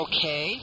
Okay